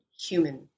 human